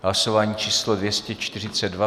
Hlasování číslo 242.